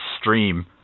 stream